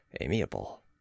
amiable